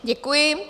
Děkuji.